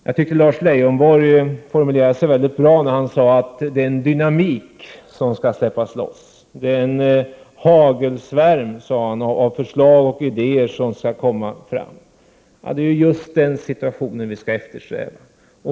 Jag tyckte att Lars Leijonborg formulerade sig på ett mycket bra sätt när han sade att det är en dynamik som skall släppas loss. Det är en hagelsvärm, sade han, av förslag och idéer som skall komma fram. Det är ju just den situationen som vi skall eftersträva.